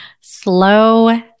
Slow